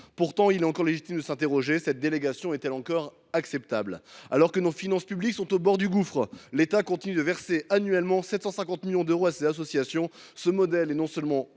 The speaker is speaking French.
Pourtant, il est légitime de se demander si cette délégation est encore acceptable. Alors que nos finances publiques sont au bord du gouffre, l’État continue de verser annuellement 750 millions d’euros à ces associations. Ce modèle est non seulement